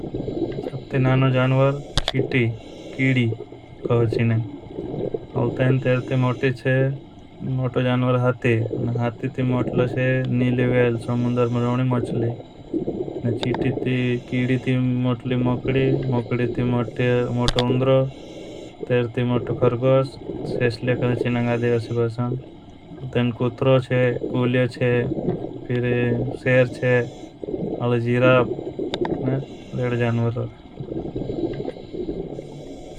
नानो जानवर, चीटी, कीडी कहचीनें। तैन तेर ती मोटी है, मोटो जानवर हाथी और हाथी ती मोटला है नीली वेल, समंदर मरोणी मचली। नानो जानवर, चीटी, कीडी कहचीनें। साइस्ले के अद्वासी बहस में सेर छे। वीरे जानवर रहवे।